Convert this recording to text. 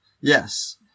Yes